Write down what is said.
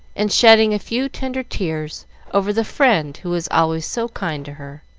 and shedding a few tender tears over the friend who was always so kind to her.